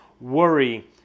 worry